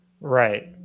Right